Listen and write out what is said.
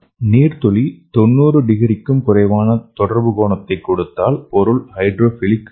நீர் துளி 90 டிகிரிக்கு குறைவான தொடர்பு கோணத்தைக் கொடுத்தால் பொருள் ஹைட்ரோஃபிலிக் ஆகும்